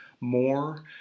more